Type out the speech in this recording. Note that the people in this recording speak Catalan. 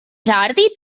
jordi